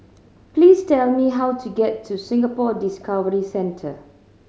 please tell me how to get to Singapore Discovery Centre